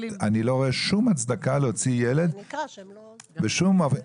אני לא רואה שום הצדקה להוציא ילד בשום אופן.